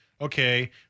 Okay